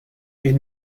est